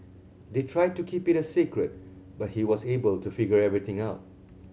they tried to keep it a secret but he was able to figure everything out